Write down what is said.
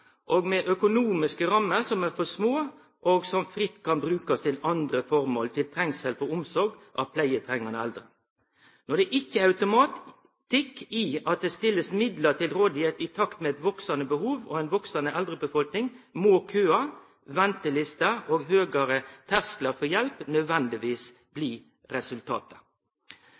rammeløyvingane, med økonomiske rammer som er for små, og som fritt kan brukast til andre formål til trengsel for omsorg av pleietrengande eldre. Når det ikkje er automatikk i at det blir stilt midlar til rådvelde i takt med eit veksande behov og ei veksande eldrebefolkning, må køar, ventelister og høgare tersklar for hjelp nødvendigvis bli resultatet.